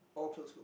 all closed book